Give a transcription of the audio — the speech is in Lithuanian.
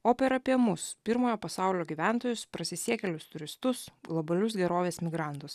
opera apie mus pirmojo pasaulio gyventojus prasisiekėlius turistus globalius gerovės migrantus